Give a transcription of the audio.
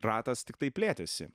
ratas tiktai plėtėsi